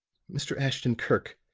mr. ashton-kirk,